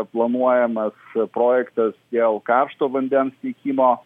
planuojamas projektas dėl karšto vandens teikimo